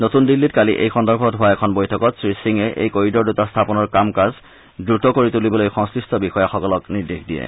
নতুন দিল্লীত কালি এই সন্দৰ্ভত হোৱা এখন বৈঠকত শ্ৰীসিঙে এই কৰিডৰ দুটা স্থাপনৰ কাম কাজ দ্ৰত কৰি তুলিবলৈ সংশ্লিষ্ট বিষয়াসকলক নিৰ্দেশ দিয়ে